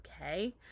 Okay